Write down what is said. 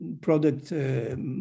product